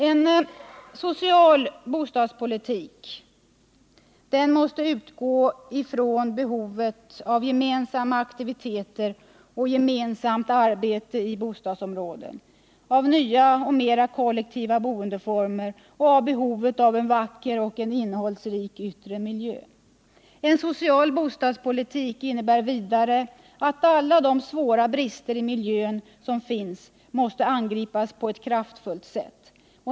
En social bostadspolitik måste utgå från behovet av gemensamma aktiviteter och gemensamt arbete i bostadsområdet, av nya och mer kollektiva boendeformer, av en vacker och innehållsrik yttre miljö En social bostadspolitik innebär vidare att alla de svåra brister i miljön som finns angrips på ett kraftfullt sätt.